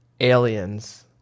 Aliens